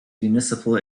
municipal